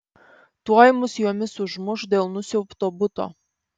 tuoj mus jomis užmuš dėl nusiaubto buto